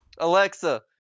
Alexa